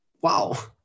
wow